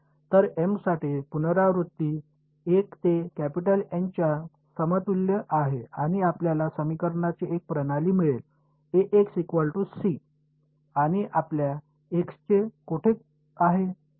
तर m साठी पुनरावृत्ती 1 ते N च्या समतुल्य आहे आणि आपल्याला समीकरणांची एक प्रणाली मिळेल आणि आपल्या एक्सचे कोठे आहे